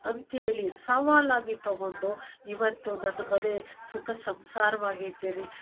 ಅಂತೇಳಿ ಸವಾಲಾಗಿ ತಗೊಂಡು ಇವತ್ತು ನನ್ನ ಮನೆ ಸುಖ ಸಂಸಾರವಾಗಿ ಇದ್ದೆ ರೀ